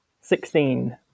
Sixteen